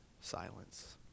silence